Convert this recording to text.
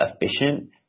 efficient